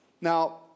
Now